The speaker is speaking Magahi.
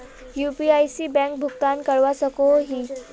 यु.पी.आई से बैंक भुगतान करवा सकोहो ही?